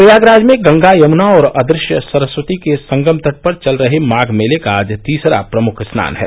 प्रयागराज में गंगा यमुना और अदृश्य सरस्वती के संगम तट पर चल रहे माघ मेले का आज तीसरा प्रमुख स्नान है